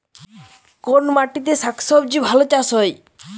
কোন মাটিতে শাকসবজী ভালো চাষ হয়?